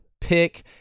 pick